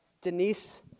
Denise